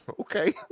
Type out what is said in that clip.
Okay